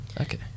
Okay